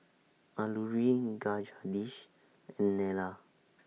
Alluri Dish and Neila